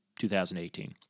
2018